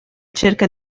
cerca